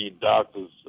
doctors